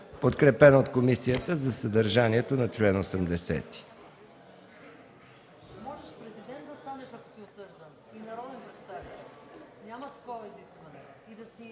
подкрепен от комисията за съдържанието на чл. 80.